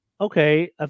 Okay